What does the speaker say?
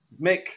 Mick